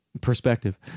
perspective